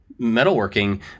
metalworking